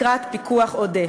לקראת פיקוח עודף.